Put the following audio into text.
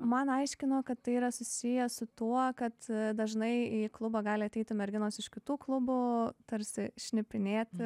man aiškino kad tai yra susiję su tuo kad dažnai į klubą gali ateiti merginos iš kitų klubų tarsi šnipinėti